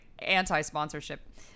Anti-sponsorship